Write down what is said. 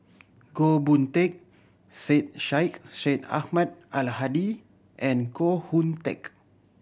Goh Boon Teck Syed Sheikh Syed Ahmad Al Hadi and Koh Hoon Teck